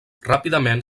ràpidament